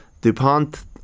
DuPont